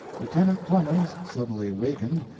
lieutenant clemens, suddenly wakened,